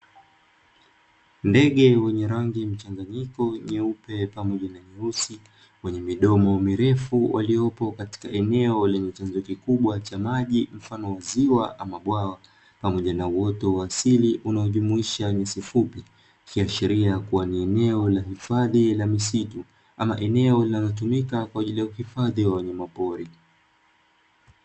Ndege wenye rangi mchanganyiko nyeupe pamoja na nyeusi wenye midomo mirefu waliopo katika eneo lenye chanzo kikubwa cha maji mfano wa ziwa ama bwawa pamoja na uoto wa asili unaojumuisha nyasi fupi, ikiashiria kuwa ni eneo la uhifadhi wa misitu ama eneo linalotumika kwa ajili ya uhifadhi wa wanyama pori.